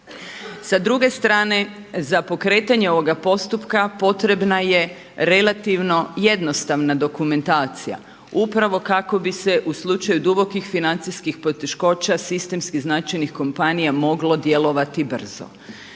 Sa druge strane za pokretanje ovoga postupka potrebna je relativno jednostavna dokumentacija upravo kako bi se u slučaju dubokih financijskih poteškoća, sistemski značajnih kompanija moglo djelovati brzo.